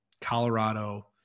Colorado